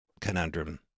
conundrum